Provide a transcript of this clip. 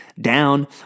down